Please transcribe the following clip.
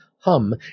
hum